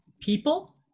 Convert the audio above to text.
people